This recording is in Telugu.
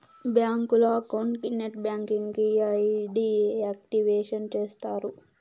బ్యాంకులో అకౌంట్ కి నెట్ బ్యాంకింగ్ కి ఐ.డి యాక్టివేషన్ చేస్తారు